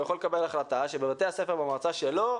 הוא יכול לקבל החלטה שבבתי הספר במועצה שלו,